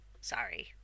sorry